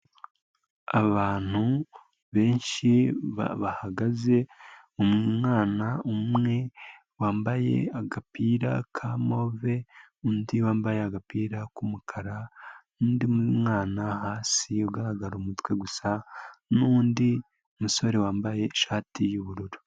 Abantu benshi bahagaze umwana umwe wambaye agapira ka move, undi wambaye agapira k'umukara n'undi mwana hasi ugara umutwe gusa n'undi musore wambaye ishati y'ubururu.